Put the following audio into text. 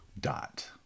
dot